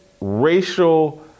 racial